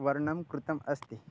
वर्णनं कृतम् अस्ति